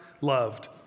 loved